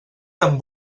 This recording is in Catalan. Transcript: tan